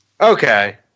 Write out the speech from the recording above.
Okay